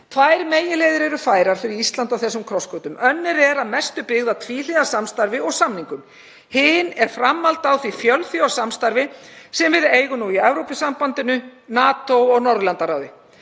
Tvær meginleiðir eru færar fyrir Ísland á þessum krossgötum. Önnur er að mestu byggð á tvíhliða samstarfi og samningum. Hin er framhald á því fjölþjóðasamstafi sem við eigum nú í Evrópusambandinu, Atlantshafsbandalaginu